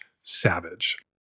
savage